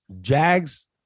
Jags